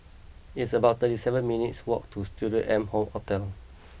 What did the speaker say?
it's about thirty seven minutes' walk to Studio M hall Hotel